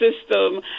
system